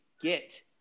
get